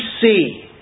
see